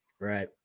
right